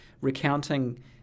recounting